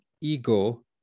ego